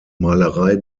malerei